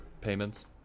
payments